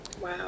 Wow